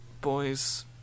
Boys